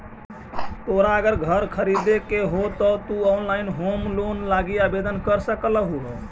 तोरा अगर घर खरीदे के हो त तु ऑनलाइन होम लोन लागी आवेदन कर सकलहुं हे